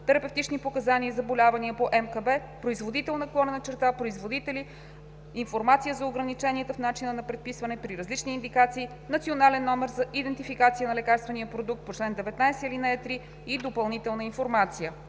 терапевтични показания и заболявания по МКБ, производител/производители, информация за ограниченията в начина на предписване при различни индикации, национален номер за идентификация на лекарствения продукт по чл. 19, ал. 3 и допълнителна информация.